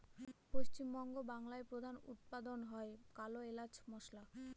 পশ্চিম বাংলায় প্রধান উৎপাদন হয় কালো এলাচ মসলা